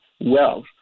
wealth